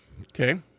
Okay